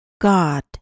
God